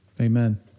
amen